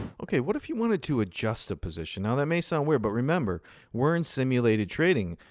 ok, what if you wanted to adjust the position? now, that may sound weird, but remember we're in simulated trading.